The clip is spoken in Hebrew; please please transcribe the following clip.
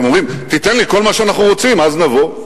הם אומרים: תיתן לי כל מה שאנחנו רוצים אז נבוא,